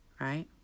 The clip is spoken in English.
right